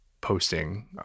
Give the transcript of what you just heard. posting